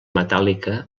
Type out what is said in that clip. metàl·lica